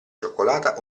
cioccolata